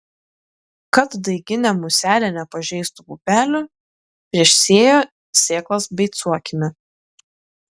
kad daiginė muselė nepažeistų pupelių prieš sėją sėklas beicuokime